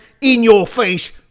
in-your-face